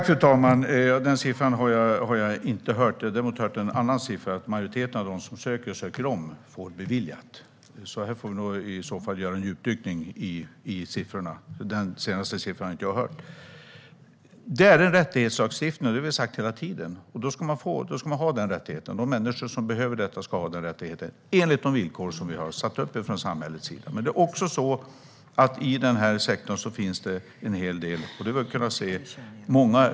Fru talman! Den siffran har jag inte hört. Däremot har jag hört en annan siffra, nämligen att majoriteten av dem som söker på nytt får det beviljat. Här får vi alltså göra en djupdykning i siffrorna, för den senaste siffran har jag inte hört. Detta är en rättighetslagstiftning. Det har vi sagt hela tiden. Man ska få det man har rätt till. De som behöver detta ska ha den rättigheten enligt de villkor som vi från samhällets sida har satt upp. Men det finns också en hel del fusk i den här sektorn.